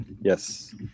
yes